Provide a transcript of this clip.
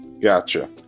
Gotcha